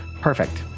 Perfect